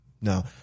No